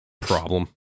problem